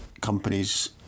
companies